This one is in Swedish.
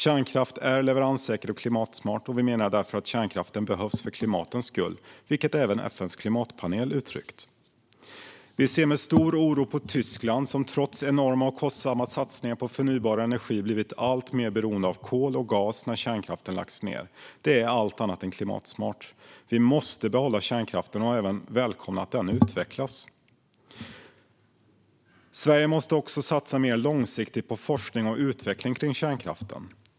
Kärnkraft är leveranssäker och klimatsmart, och vi menar därför att kärnkraften behövs för klimatets skull, vilket även FN:s klimatpanel uttryckt. Vi ser med stor oro på Tyskland, som trots enorma och kostsamma satsningar på förnybar energi blivit alltmer beroende av kol och gas när kärnkraften lagts ned. Det är allt annat än klimatsmart. Vi måste behålla kärnkraften och även välkomna att den utvecklas. Sverige måste även satsa mer långsiktigt på forskning och utveckling kring kärnkraften.